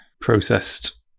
processed